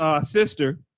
sister